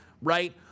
right